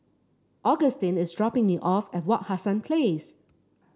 Agustin is dropping me off at Wak Hassan Place